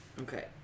Okay